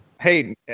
Hey